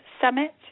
Summit